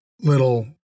little